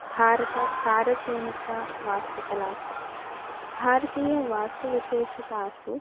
भारतसारसैनिकवास्तुकला च भारतीयवास्तुविशेषतासु